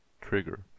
Trigger